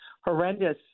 horrendous